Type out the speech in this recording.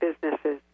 businesses